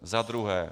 Za druhé.